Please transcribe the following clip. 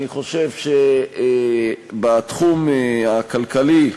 אני חושב שבתחום הכלכלי,